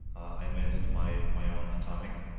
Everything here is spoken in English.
i invented my my own atomic,